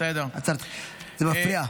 מותר לי לחלק.